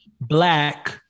black